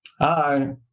Hi